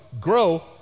grow